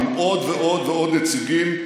עם עוד ועוד ועוד נציגים,